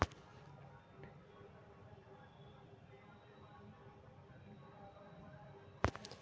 अब railway budget आऽ सामान्य बजट एक जौरे तइयार कएल जाइ छइ